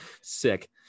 Sick